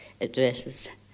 addresses